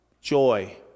joy